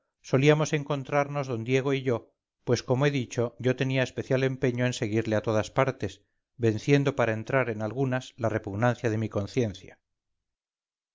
solíamos encontrarnos d diego y yo pues como he dicho yo tenía especial empeño en seguirle a todas partes venciendo para entrar en algunas la repugnancia de mi conciencia